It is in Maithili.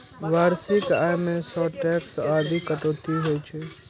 वार्षिक आय मे सं टैक्स आदिक कटौती होइ छै